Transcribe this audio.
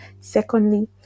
Secondly